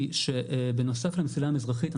היא שבנוסף למסילה המזרחית,